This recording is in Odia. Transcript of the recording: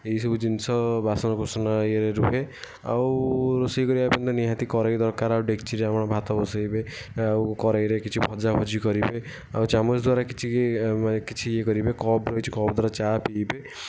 ଏଇ ସବୁ ଜିନିଷ ବାସନ କୁସନ ଇଏରେ ରୁହେ ଆଉ ରୋଷେଇ କରିବା ପାଇଁ ତ ନିହାତି କଢେଇ ଦରକାର ଆଉ ଡେକ୍ଚିରେ ଆପଣ ଭାତ ବସାଇବେ ଆଉ କଢେଇରେ କିଛି ଭଜା ଭଜି କରିବେ ଆଉ ଚାମଚ ଦ୍ୱାରା କିଛି କିଛି ଇଏ କରିବେ ଆଉ କପ୍ ରହିଚି କପ୍ ଦ୍ଵାରା ଚା ପିଇବେ